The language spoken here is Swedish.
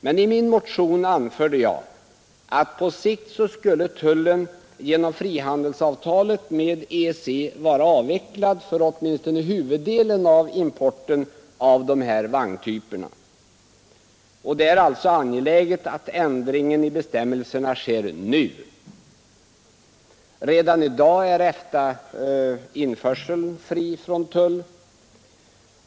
Men i min motion anförde jag att på sikt skulle tullen genom frihandelsavtalet med EEC vara avvecklad för åtminstone huvuddelen av importen av de här vagntyperna. Det är alltså angeläget att ändringen i bestämmelserna sker nu. Redan i dag är EFTA-införseln fri från tull.